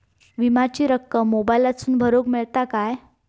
विमाची रक्कम मोबाईलातसून भरुक मेळता काय?